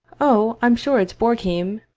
oh, i'm sure it's borgheim!